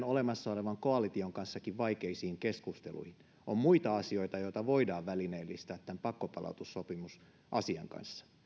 olemassa olevan koalition kanssakin vaikeisiin keskusteluihin on muita asioita joita voidaan välineellistää tämän pakkopalautussopimusasian kanssa